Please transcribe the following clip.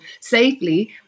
safely